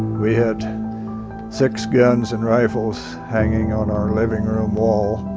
we had six guns and rifles hanging on our living room wall.